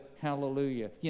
hallelujah